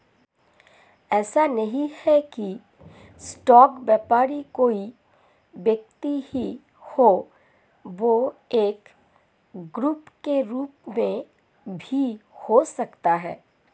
ऐसा नहीं है की स्टॉक व्यापारी कोई व्यक्ति ही हो वह एक ग्रुप के रूप में भी हो सकता है